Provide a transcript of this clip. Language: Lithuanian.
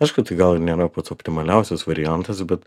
aišku tai gal ir nėra pats optimaliausias variantas bet